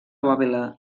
bòbila